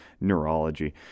neurology